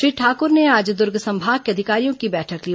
श्री ठाकुर ने आज दुर्ग संभाग के अधिकारियों की बैठक ली